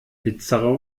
bizarre